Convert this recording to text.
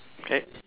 okay